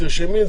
תרשמי את